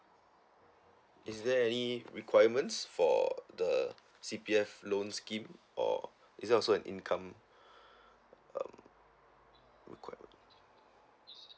is there any requirements for the C_P_F loan scheme or is there also an income um requirement